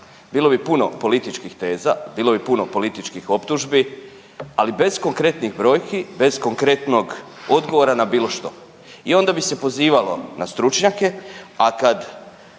Bilo bi puno političkih teza, bilo bi puno političkih optužbi, ali bez konkretnih brojki, bez konkretnog odgovora na bilo što. I onda bi se pozivalo na stručnjake, a kad